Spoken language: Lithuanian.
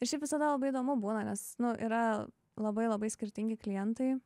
ir šiaip visada labai įdomu būna nes nu yra labai labai skirtingi klientai